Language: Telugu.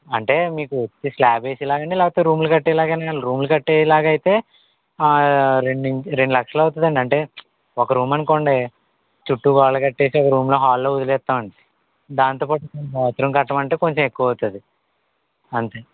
అంటే మీకు ఉట్టి స్లాబ్ వేసి ఇవ్వాలా అండి లేదా రూమ్లు కట్టెలాగా రూములు కట్టేలాగైతే రెండు నుంచి రెండు లక్షలు అవుతుందండి అంటే ఒక రూమ్ అనుకోండి చుట్టూ గోడలు కట్టేసి ఒక రూంలో హాల్లా వదిలేస్తామండి దాంతోపాటు కొంచెం బాత్రూం కట్టమంటే కొంచం ఎక్కువ అవుతుంది అంతే